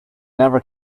never